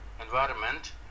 environment